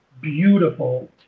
beautiful